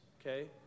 okay